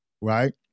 right